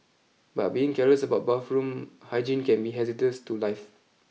but being careless about bathroom hygiene can be hazardous to life